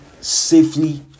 safely